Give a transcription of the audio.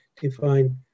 define